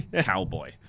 cowboy